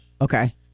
Okay